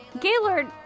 Gaylord